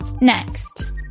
Next